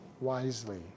wisely